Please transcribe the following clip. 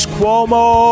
Cuomo